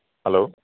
hello